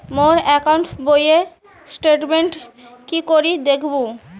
মোর account বইয়ের statement কি করি দেখিম?